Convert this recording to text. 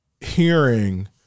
hearing